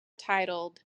titled